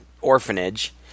orphanage